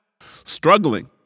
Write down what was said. struggling